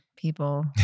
people